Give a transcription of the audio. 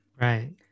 right